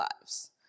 lives